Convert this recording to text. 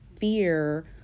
fear